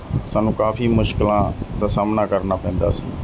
ਸਾਨੂੰ ਕਾਫੀ ਮੁਸ਼ਕਿਲਾਂ ਦਾ ਸਾਹਮਣਾ ਕਰਨਾ ਪੈਂਦਾ ਸੀ